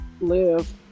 live